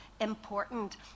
important